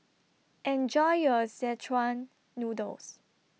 Enjoy your Szechuan Noodles